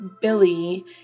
Billy